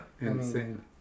insane